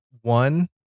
One